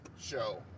show